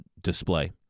display